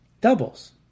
Doubles